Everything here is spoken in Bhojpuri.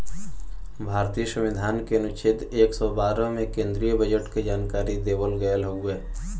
भारतीय संविधान के अनुच्छेद एक सौ बारह में केन्द्रीय बजट के जानकारी देवल गयल हउवे